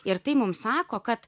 ir tai mums sako kad